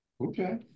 Okay